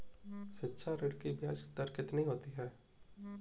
शिक्षा ऋण की ब्याज दर कितनी होती है?